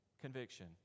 conviction